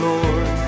Lord